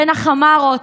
בין החמארות,